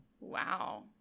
Wow